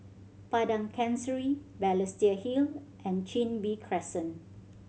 Padang Chancery Balestier Hill and Chin Bee Crescent